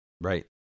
Right